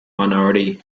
minority